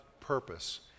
purpose